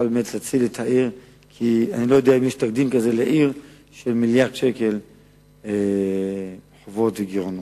מועצת העיר הפכה לחצר התגוששות בין הנאמן לבין ראש הוועדה הממונה,